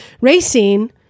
racing